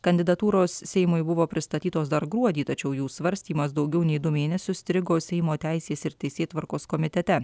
kandidatūros seimui buvo pristatytos dar gruodį tačiau jų svarstymas daugiau nei du mėnesius strigo seimo teisės ir teisėtvarkos komitete